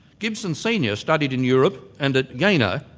gibson senior studied in europe and at jena,